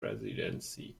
residency